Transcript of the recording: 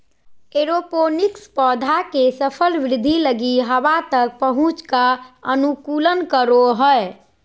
aeroponics पौधा के सफल वृद्धि लगी हवा तक पहुंच का अनुकूलन करो हइ